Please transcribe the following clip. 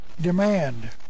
demand